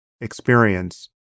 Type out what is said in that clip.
experience